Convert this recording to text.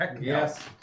Yes